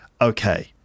Okay